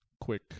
quick